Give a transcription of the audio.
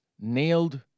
nailed